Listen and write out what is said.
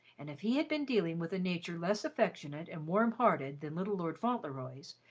and if he had been dealing with a nature less affectionate and warm-hearted than little lord fauntleroy's,